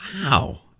Wow